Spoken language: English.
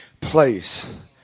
place